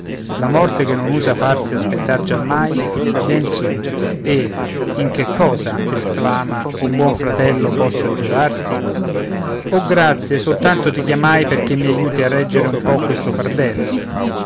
la morte che non usa farsi aspettar giammai vien subito e in che cosa esclama o buon fratello posso giovarti o grazie soltanto ti chiamai perché mi aiuti a reggere un po questo fardello